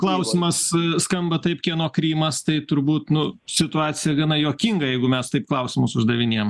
klausimas skamba taip kieno krymas tai turbūt nu situacija gana juokinga jeigu mes tai klausimus uždavinėjam